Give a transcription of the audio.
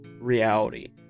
reality